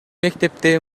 мектепте